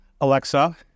Alexa